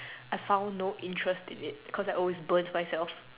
I found no interest in it cause I always burnt myself